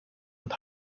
und